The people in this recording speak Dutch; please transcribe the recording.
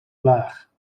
laag